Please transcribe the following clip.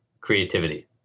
creativity